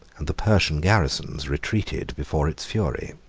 and the persian garrisons retreated before its fury.